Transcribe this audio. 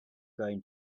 going